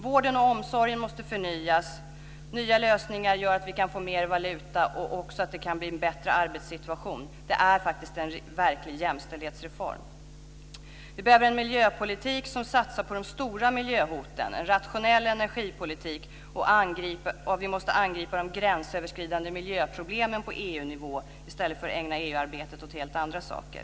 Vården och omsorgen måste förnyas. Nya lösningar gör att vi kan få mer valuta för våra pengar och också att det kan bli en bättre arbetssituation. Det vore faktiskt en verklig jämställdhetsreform. Vi behöver en miljöpolitik som satsar på de stora miljöhoten. Vi behöver en rationell energipolitik. Vi måste angripa de gränsöverskridande miljöproblemen på EU-nivå i stället för att ägna EU-arbetet åt helt andra saker.